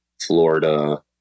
Florida